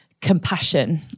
compassion